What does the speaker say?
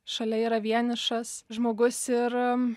šalia yra vienišas žmogus ir